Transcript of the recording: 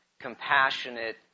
compassionate